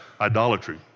idolatry